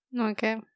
Okay